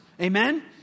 Amen